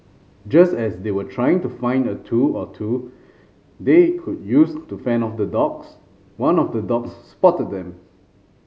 just as they were trying to find a tool or two they could use to fend off the dogs one of the dogs spotted them